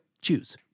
choose